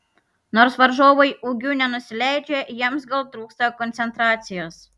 nors varžovai ūgiu nenusileidžia jiems gal trūksta koncentracijos